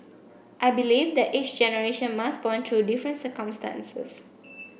I believe that each generation must bond to different circumstances